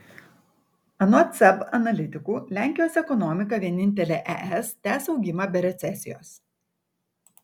anot seb analitikų lenkijos ekonomika vienintelė es tęs augimą be recesijos